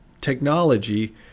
technology